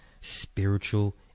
spiritual